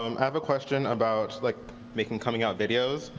um have a question about like making coming-out videos.